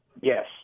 Yes